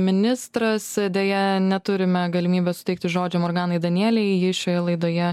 ministras deja neturime galimybių suteikti žodžiams uraganai danielei ji šioje laidoje